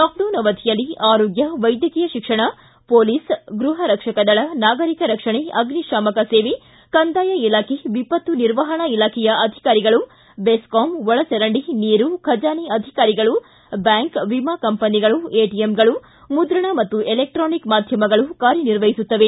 lockdown ಅವಧಿಯಲ್ಲಿ ಆರೋಗ್ಯ ವೈದ್ಯಕೀಯ ಶಿಕ್ಷಣ ಪೊಲೀಸ್ ಗೃಹ ರಕ್ಷಕ ದಳ ನಾಗರಿಕ ರಕ್ಷಣೆ ಅಗ್ನಿಶಾಮಕ ಸೇವೆ ಕಂದಾಯ ಇಲಾಖೆ ವಿಪತ್ತು ನಿರ್ವಹಣಾ ಇಲಾಖೆಯ ಅಧಿಕಾರಿಗಳು ಬೆಸ್ತಾಂ ಒಳಚರಂಡಿ ನೀರು ಖಜಾನೆ ಅಧಿಕಾರಿಗಳು ಬ್ಯಾಂಕ್ ವಿಮಾ ಕಂಪನಿಗಳು ಎಟಿಎಂಗಳು ಮುದ್ರಣ ಮತ್ತು ಎಲೆಕ್ರ್ವಾನಿಕ್ ಮಾಧ್ಯಮಗಳು ಕಾರ್ಯನಿರ್ವಹಿಸುತ್ತವೆ